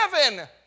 heaven